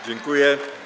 Dziękuję.